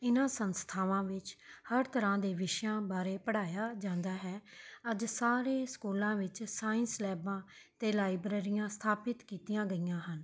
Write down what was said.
ਇਹਨਾਂ ਸੰਸਥਾਵਾਂ ਵਿੱਚ ਹਰ ਤਰ੍ਹਾਂ ਦੇ ਵਿਸ਼ਿਆਂ ਬਾਰੇ ਪੜ੍ਹਾਇਆ ਜਾਂਦਾ ਹੈ ਅੱਜ ਸਾਰੇ ਸਕੂਲਾਂ ਵਿੱਚ ਸਾਇੰਸ ਲੈਬਾਂ ਅਤੇ ਲਾਈਬ੍ਰੇਰੀਆਂ ਸਥਾਪਿਤ ਕੀਤੀਆਂ ਗਈਆਂ ਹਨ